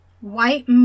white